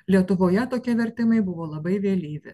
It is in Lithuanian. lietuvoje tokie vertimai buvo labai vėlyvi